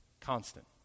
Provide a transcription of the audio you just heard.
constant